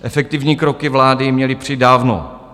Efektivní kroky vlády měly přijít dávno.